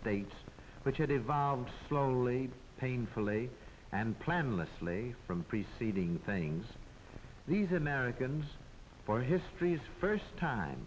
states which had evolved slowly painfully and plan leslie from preceding things these americans for history's first time